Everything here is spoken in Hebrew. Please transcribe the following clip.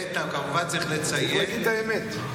צריך להגיד את האמת.